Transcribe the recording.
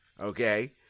okay